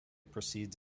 proceeds